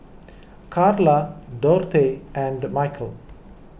Karla Dorthey and Michal